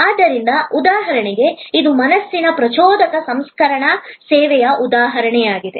ಆದ್ದರಿಂದ ಉದಾಹರಣೆಗೆ ಇದು ಮಾನಸಿಕ ಪ್ರಚೋದಕ ಸಂಸ್ಕರಣಾ ಸೇವೆಯ ಉದಾಹರಣೆಯಾಗಿದೆ